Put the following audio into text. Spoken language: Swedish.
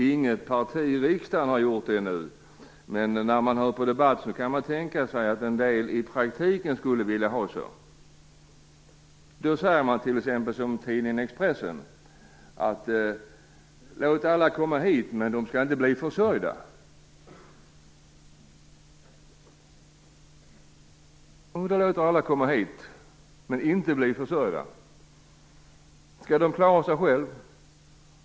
Inget parti i riksdagen har gjort det ännu, men när man hör på debatten kan man tänka sig att en del i praktiken skulle vilja ha det så. I tidningen Expressen säger man t.ex. att vi skall låta alla komma hit, men de skall inte bli försörjda. Om vi låter alla komma hit, men inte bli försörjda, skall de då klara sig själva?